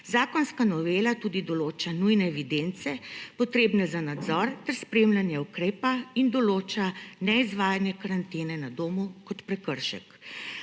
Zakonska novela tudi določa nujne evidence, potrebne za nadzor ter spremljanje ukrepa, in določa neizvajanje karantene na domu kot prekršek.